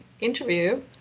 interview